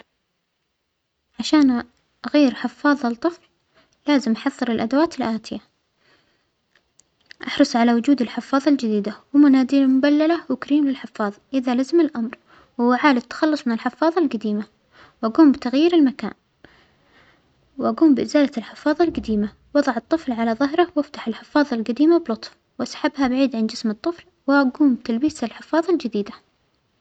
عشان أ-أغير حفاظة لطفل لازم أحظر الأدوات الآتية، أحرص على وجود الحفاظة الجديدة ومناديل مبللة وكريم الحفاظ إذا لزم الأمر، ووعاء للتخلص من الحفاظة الجديمة، وأجوم بتغيير المكان، وأجوم بإزالة الحفاظة الجديمة، وأضع الطفل على ظهره وأفتح الحفاظة الجديمة بلطف وأسحبها بعيد عن جسم الطفل، وأجوم بتلبيسه الحفاظة الجديدة.